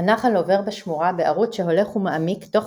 הנחל עובר בשמורה בערוץ שהולך ומעמיק תוך